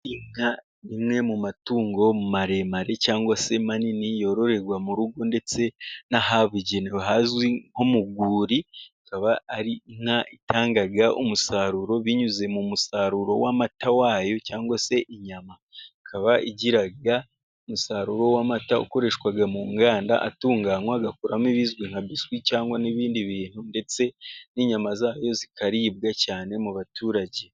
Inka ni imwe mu matungo maremare cyangwa se manini yororerwa mu rugo, ndetse n'ahabugenewe hazwi nko mu rwuri ikaba ari inka itanga umusaruro binyuze mu musaruro w'amata wayo cyangwa se inyama. Ikaba igira umusaruro w'amata ukoreshwa mu nganda atunganywa agakurwamo ibizwi nka biswi cyangwa n'ibindi bintu ndetse n'inyama zayo zikaribwa cyane mu baturage.